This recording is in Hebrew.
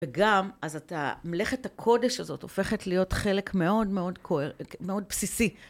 וגם, אז המלאכת הקודש הזאת הופכת להיות חלק מאוד מאוד בסיסי.